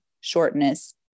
shortness